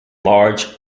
large